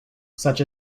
such